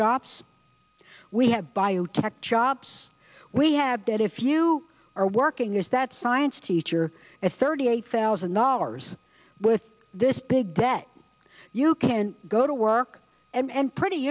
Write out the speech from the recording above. jobs we have biotech jobs we have that if you are working is that science teacher at thirty eight thousand dollars with this big that you can go to work and pretty